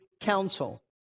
council